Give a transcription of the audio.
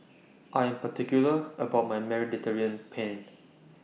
I Am particular about My Mediterranean Penne